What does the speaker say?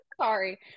sorry